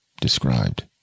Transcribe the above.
described